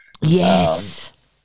Yes